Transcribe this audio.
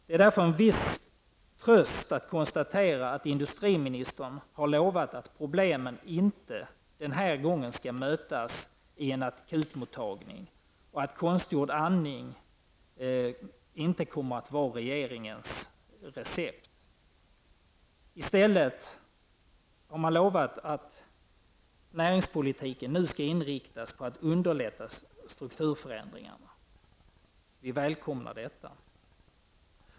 Det är därför en viss tröst att konstatera att industriministern har lovat att problemen den här gången inte skall mötas med akutmottagning och att konstgjord andning inte kommer att vara regeringens recept. I stället har man lovat att näringspolitiken nu skall inriktas på att underlätta strukturförändringarna. Vi välkomnar detta.